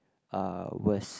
uh was